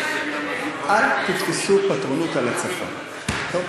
אל תתפסו פטרונות על הצפון, טוב?